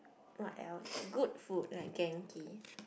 what else good food like genki